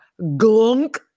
glunk